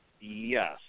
Yes